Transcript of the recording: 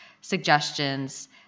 suggestions